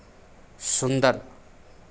सुंदर